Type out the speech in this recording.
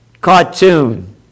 cartoon